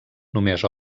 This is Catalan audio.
només